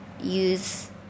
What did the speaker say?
use